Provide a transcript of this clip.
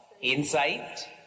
insight